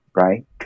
right